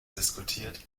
diskutiert